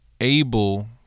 able